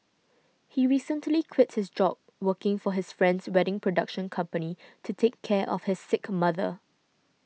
he recently quit his job working for his friend's wedding production company to take care of his sick mother